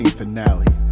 finale